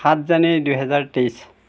সাত জানুৱাৰী দুই হাজাৰ তেইছ